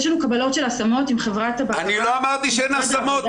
יש לנו קבלות של השמות --- אני לא אמרתי שאין השמות,